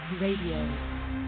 Radio